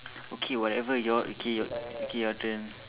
okay whatever your okay okay your turn